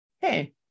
hey